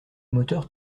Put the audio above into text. moteur